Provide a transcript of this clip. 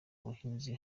ubuhunzi